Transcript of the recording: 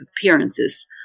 appearances